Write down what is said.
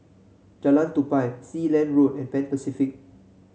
Jalan Tupai Sealand Road and Pan Pacific